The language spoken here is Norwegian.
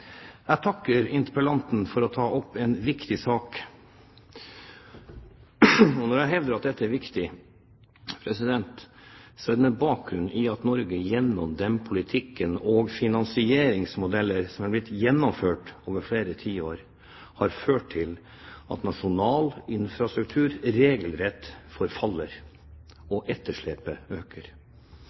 Jeg takker interpellanten for å ta opp en viktig sak. Når jeg hevder at dette er viktig, er det med bakgrunn i at Norge gjennom den politikken og de finansieringsmodeller som er blitt gjennomført over flere tiår, har ført til at nasjonal infrastruktur regelrett forfaller, og etterslepet øker.